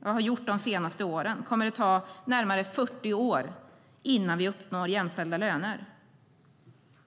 och har gjort det de senaste åren kommer det att ta närmare 40 år innan vi uppnår jämställda löner.